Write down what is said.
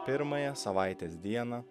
pirmąją savaitės dieną